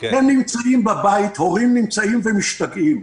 הם נמצאים בבית והורים פשוט משתגעים.